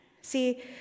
See